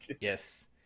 Yes